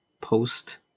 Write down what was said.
post